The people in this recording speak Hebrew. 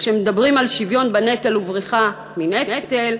כשמדברים על שוויון בנטל ובריחה מנטל,